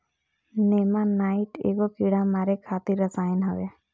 नेमानाइट एगो कीड़ा मारे खातिर रसायन होवे